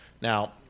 Now –